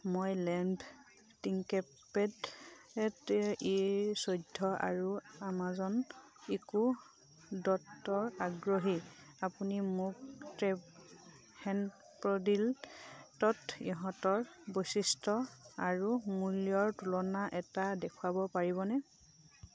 মই Lenovo ThinkPad E চৈধ্য আৰু আমাজন ইকো ডটত আগ্ৰহী আপুনি মোক স্নেপডীলত ইহঁতৰ বৈশিষ্ট্য আৰু মূল্যৰ তুলনা এটা দেখুৱাব পাৰিবনে